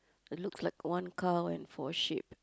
it looks like one cow and for a sheep